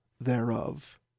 thereof